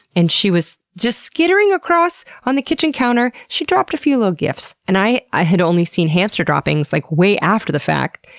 and she was just skittering across on the kitchen counter, she dropped a few little gifts. and i i had only seen hamster droppings, like, way after the fact,